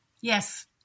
Yes